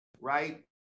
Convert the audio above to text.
right